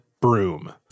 broom